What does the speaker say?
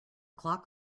clock